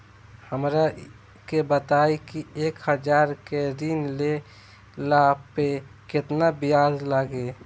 हमरा के बताई कि एक हज़ार के ऋण ले ला पे केतना ब्याज लागी?